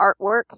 artwork